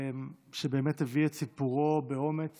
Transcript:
שבאמת הביא את סיפורו באומץ